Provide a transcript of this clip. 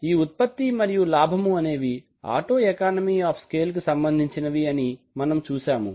కావున ఈ ఉత్పత్తి మరియు లాభము అనేవి ఆటొ ఎకానమీ ఆఫ్ స్కేలు కి సంబంధించినవి అని మనము చూసాము